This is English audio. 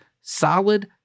solid